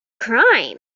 crime